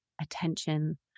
attention